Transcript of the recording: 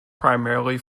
primarily